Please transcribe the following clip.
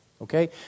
Okay